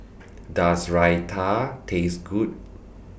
Does Raita Taste Good